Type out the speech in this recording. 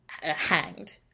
hanged